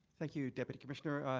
thank you, deputy commissioner.